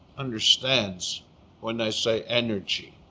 understands when i say energy